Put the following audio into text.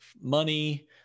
money